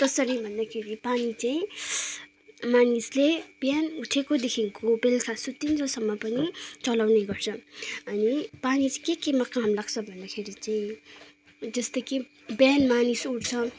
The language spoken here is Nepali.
कसरी भन्दाखेरि पानी चाहिँ मानिसले बिहान उठेकोदेखिको बेलुका सुतिन्जेलसम्म पनि चलाउने गर्छ अनि पानी चाहिँ के केमा काम लाग्छ भन्दाखेरि चाहिँ जस्तै कि बिहान मानिस उठ्छ